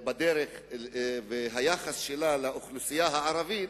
ביחס שלה לאוכלוסייה הערבית,